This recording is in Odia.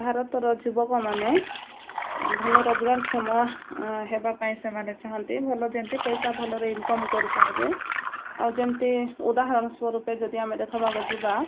ଭାରତର ଯୁବକମାନେ ଭଲ ରୋଜଗାରକ୍ଷମ ହେବା ପାଇଁ ସେମାନେ ଚାହାଁନ୍ତି ଭଲ ଯେମିତି ପଇସା ଭଲରେ ଇନକମ୍ କରିପାରିବେ ଆଉ ଯେମିତି ଉଦାହରଣ ସ୍ୱରୂପ ଯଦି ଆମେ ଦେଖିବାକୁ ଯିବା